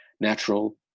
natural